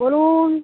বলুন